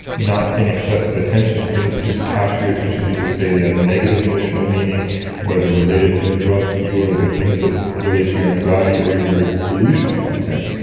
not paying excessive attention to things that just capture your attention because, say, they have negative emotional meaning or they are related to a drug cue or they are things that relate to your anxiety or your delusional content.